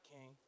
king